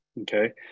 Okay